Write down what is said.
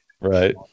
Right